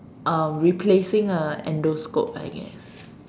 uh replacing a endoscope I guess